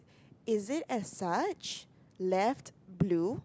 is it as such left blue